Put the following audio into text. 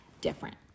different